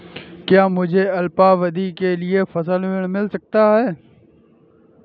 क्या मुझे अल्पावधि के लिए फसल ऋण मिल सकता है?